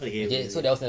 okay okay